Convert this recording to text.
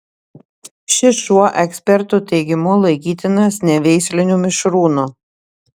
šis šuo ekspertų teigimu laikytinas neveisliniu mišrūnu